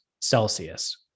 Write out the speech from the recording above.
Celsius